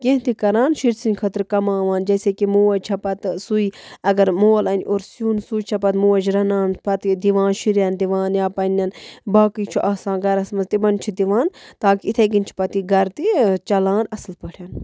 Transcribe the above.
کیٚنٛہہ تہِ کَران شُرۍ سٕنٛدۍ خٲطرٕ کَماوان جیسے کہِ موج چھےٚ پَتہٕ سُے اَگر مول اَنہِ اورٕ سیُن سُے چھےٚ پَتہٕ موج رَنان پَتہٕ دِوان شُرٮ۪ن دِوان یا پنٛنٮ۪ن باقٕے چھُ آسان گَرَس منٛز تِمَن چھِ دِوان تاکہِ یِتھَے کَنۍ چھِ پَتہٕ یہِ گَرٕ تہِ چَلان اَصٕل پٲٹھۍ